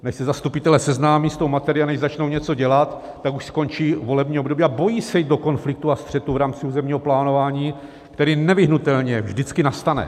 Než se zastupitelé seznámí s tou materií a než začnou něco dělat, tak už skončí volební období a bojí se jít do konfliktu a střetu v rámci územního plánování, který nevyhnutelně vždycky nastane.